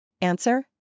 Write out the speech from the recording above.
Answer